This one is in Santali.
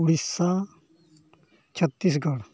ᱩᱲᱤᱥᱥᱟ ᱪᱚᱛᱨᱤᱥᱜᱚᱲ